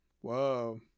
Whoa